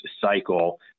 cycle